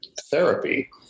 therapy